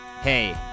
hey